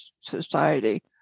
society